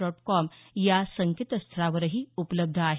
dot com या संकेतस्थळावरही उपलब्ध आहे